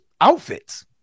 outfits